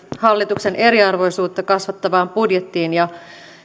hallituksen eriarvoisuutta kasvattavaan budjettiin ja